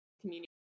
community